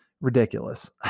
ridiculous